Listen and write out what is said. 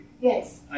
Yes